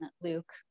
Luke